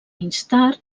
instar